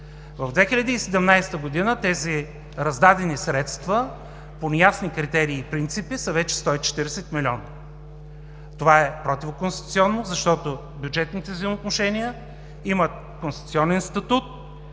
В 2017 г. тези раздадени средства по неясни критерии и принципи са вече 140 милиона. Това е противоконституционно, защото бюджетните взаимоотношения имат конституционен статут